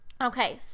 okay